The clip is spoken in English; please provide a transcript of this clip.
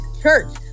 church